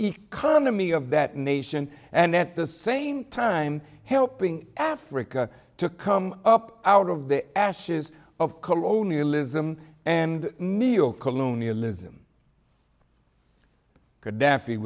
economy of that nation and at the same time helping africa to come up out of the ashes of colonialism and neocolonialism gadaff